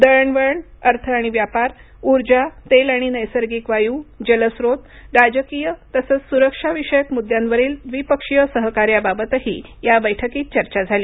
दळणवळण अर्थ आणि व्यापार ऊर्जा तेल आणि नैसर्गिक वायू जलस्रोत राजकीय तसंच सुरक्षाविषक मुद्द्यांवरील द्विपक्षीय सहकार्याबाबतही या बैठकीत चर्चा झाली